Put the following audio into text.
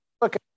look